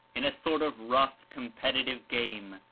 in a sort of rough, competitive game,